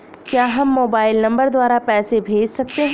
क्या हम mobile number द्वारा पैसे भेज सकते हैं?